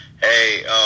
hey